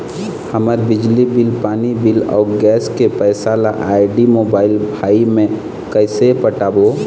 हमर बिजली बिल, पानी बिल, अऊ गैस के पैसा ला आईडी, मोबाइल, भाई मे कइसे पटाबो?